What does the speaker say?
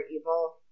evil